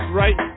right